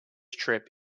trip